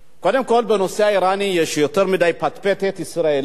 קודם כול בנושא האירני יש יותר מדי פטפטת ישראלית.